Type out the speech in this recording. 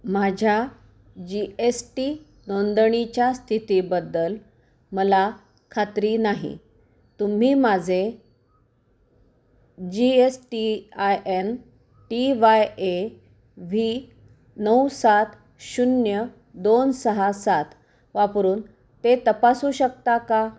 माझ्या G S T नोंदणीच्या स्थितीबद्दल मला खात्री नाही तुम्ही माझे G S T I N T Y A V नऊ सात शून्य दोन सहा सात वापरून ते तपासू शकता का